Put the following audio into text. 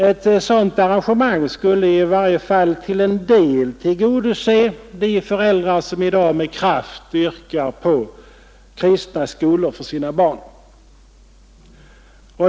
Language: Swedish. Ett sådant arrangemang skulle i varje fall till en del tillgodose önskemålen från de föräldrar som i dag med kraft yrkar på kristna skolor för sina barn.